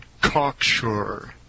cocksure